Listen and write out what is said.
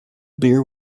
beer